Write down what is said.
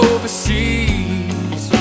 Overseas